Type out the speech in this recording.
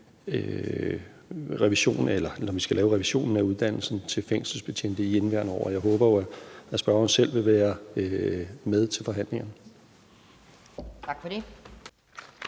revisionen af uddannelsen til fængselsbetjent i indeværende år. Jeg håber jo, at spørgeren selv vil være med til forhandlingerne. Kl.